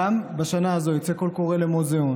גם בשנה הזאת יצא קול קורא למוזיאון,